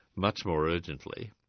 much more urgently,